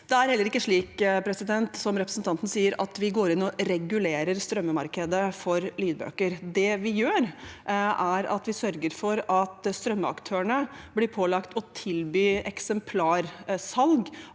Det er heller ikke slik, som representanten sier, at vi går inn og regulerer strømmemarkedet for lydbøker. Det vi gjør, er at vi sørger for at strømmeaktørene blir pålagt å tilby eksemplarsalg